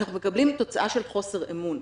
אנחנו מקבלים תוצאה של חוסר אמון.